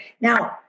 Now